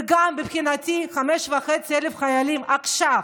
וגם, מבחינתי, 5,500 חיילים עכשיו,